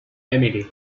emily